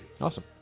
awesome